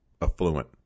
affluent